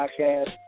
Podcast